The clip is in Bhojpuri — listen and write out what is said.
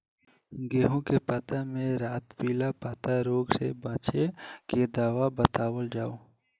गेहूँ के पता मे पिला रातपिला पतारोग से बचें के दवा बतावल जाव?